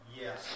Yes